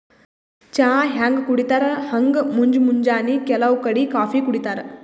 ಚಾ ಹ್ಯಾಂಗ್ ಕುಡಿತರ್ ಹಂಗ್ ಮುಂಜ್ ಮುಂಜಾನಿ ಕೆಲವ್ ಕಡಿ ಕಾಫೀ ಕುಡಿತಾರ್